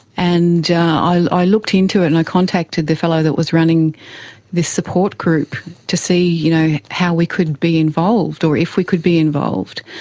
and i looked into it and i contacted the fellow who was running this support group to see you know how we could be involved or if we could be involved.